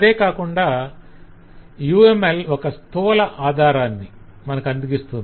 అదే కాకుండా UML ఒక స్థూల ఆధారాన్ని మనకందిస్తుంది